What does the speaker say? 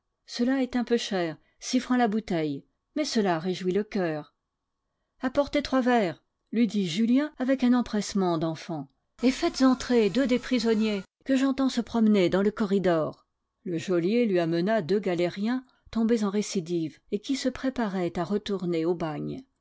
cela est un peu cher six francs la bouteille mais cela réjouit le coeur apportez trois verres lui dit julien avec un empressement d'enfant et faites entrer deux des prisonniers que j'entends se promener dans le corridor le geôlier lui amena deux galériens tombés en récidive et qui se préparaient à retourner